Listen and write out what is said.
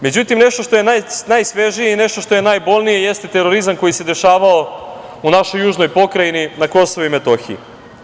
Međutim, nešto što je najsvežije i nešto što je najbolnije jeste terorizam koji se dešavao u našoj južnoj Pokrajini, na Kosovu i Metohiji.